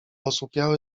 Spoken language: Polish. osłupiały